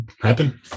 happen